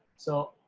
so,